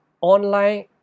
online